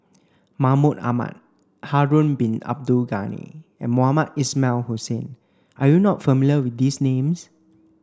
Mahmud Ahmad Harun bin Abdul Ghani and Mohamed Ismail Hussain are you not familiar with these names